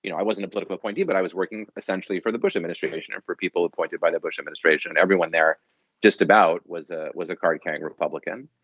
you know i wasn't a political appointee, but i was working essentially for the bush administration or for people appointed by the bush administration. everyone there just about was ah was a card carrying republican.